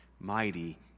Mighty